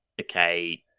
okay